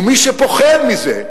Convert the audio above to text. ומי שפוחד מזה,